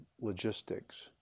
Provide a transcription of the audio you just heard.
logistics